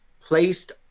placed